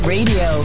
Radio